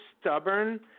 stubborn